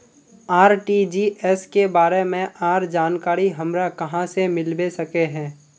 RTGS के बारे में आर जानकारी हमरा कहाँ से मिलबे सके है?